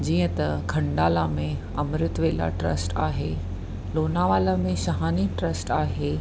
जीअं त खंडाला में अमृतवेला ट्र्स्ट आहे लोनावला में शहानी ट्र्स्ट आहे